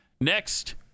Next